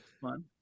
fun